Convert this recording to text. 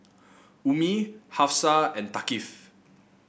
Ummi Hafsa and Thaqif